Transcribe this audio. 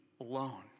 alone